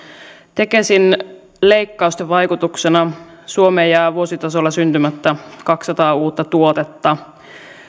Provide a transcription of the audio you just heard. tekesin leikkausten vaikutuksena suomeen jää vuositasolla syntymättä kaksisataa uutta tuotetta